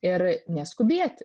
ir neskubėti